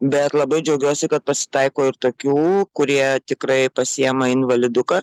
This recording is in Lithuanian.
bet labai džiaugiuosi kad pasitaiko ir tokių kurie tikrai pasiėma invaliduką